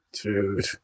Dude